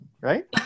right